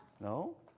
No